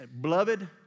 Beloved